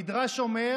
המדרש אומר: